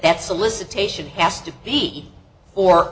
that solicitation has to be or